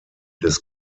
des